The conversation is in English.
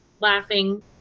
laughing